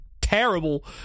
terrible